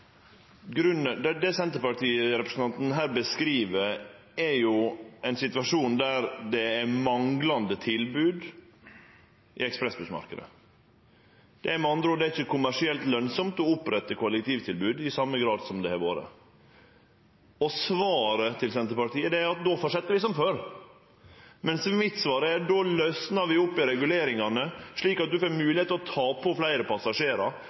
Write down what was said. Det Senterparti-representanten her beskriv, er ein situasjon der det er manglande tilbod i ekspressbussmarknaden. Det er med andre ord ikkje kommersielt lønsamt å opprette kollektivtilbod i same grad som det har vore. Svaret til Senterpartiet er at då fortset vi som før, mens svaret mitt er at då løyser vi opp i reguleringane, slik at ein får moglegheit til å ta på fleire passasjerar,